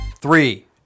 three